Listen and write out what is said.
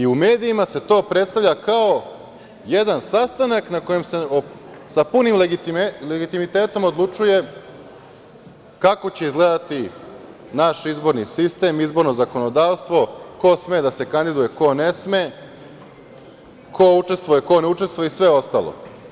U medijima se to predstavlja kao jedan sastanak na kojem se sa punim legitimitetom odlučuje kako će izgledati naš izborni sistem, izborno zakonodavstvo, ko sme da se kandiduje, ko ne sme, ko učestvuje, ko ne učestvuje, i sve ostalo.